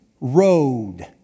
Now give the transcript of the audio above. road